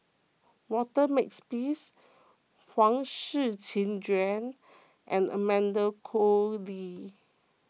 Walter Makepeace Huang Shiqi Joan and Amanda Koe Lee